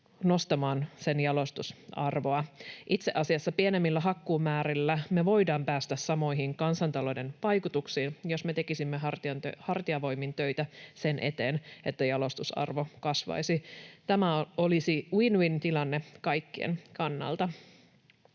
nostamaan puun jalostusarvoa. Itse asiassa pienemmillä hakkuumäärillä me voidaan päästä samoihin kansantalouden vaikutuksiin, jos me tekisimme hartiavoimin töitä sen eteen, että jalostusarvo kasvaisi. Tämä olisi win-win-tilanne kaikkien kannalta.